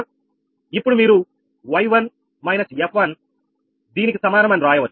ఇప్పుడు మీరు y1 − 𝑓1దీనికి సమానం అని రాయవచ్చు